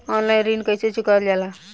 Online ऋण कईसे चुकावल जाला?